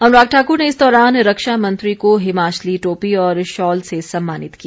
अनुराग ठाकुर ने इस दौरान रक्षा मंत्री को हिमाचली टोपी और शॉल से सम्मानित किया